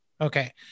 Okay